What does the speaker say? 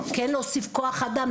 כן להוסיף כוח אדם.